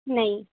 نہیں